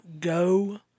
go